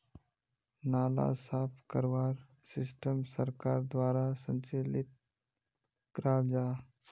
नाला साफ करवार सिस्टम सरकार द्वारा संचालित कराल जहा?